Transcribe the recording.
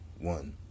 One